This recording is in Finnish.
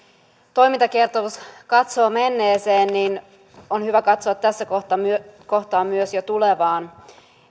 toimintakertomus katsoo menneeseen niin on hyvä katsoa tässä kohtaa myös kohtaa myös jo tulevaan